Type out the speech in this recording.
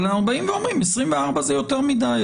אבל אנחנו אומרים: 24 שעות זה יותר מדי.